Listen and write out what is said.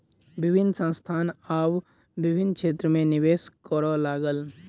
विभिन्न संस्थान आब विभिन्न क्षेत्र में निवेश करअ लागल